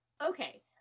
Okay